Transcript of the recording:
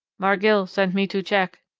margil sent me to check,